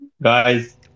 Guys